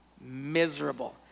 Miserable